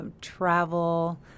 travel